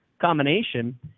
combination